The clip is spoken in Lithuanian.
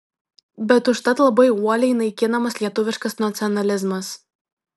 bet užtat labai uoliai naikinamas lietuviškas nacionalizmas